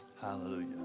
Hallelujah